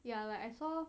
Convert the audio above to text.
ya like I saw